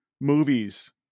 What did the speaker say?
movies